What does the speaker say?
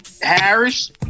Harris